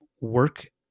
work